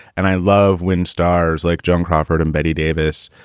and i love when stars like joan crawford and betty davis,